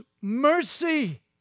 mercy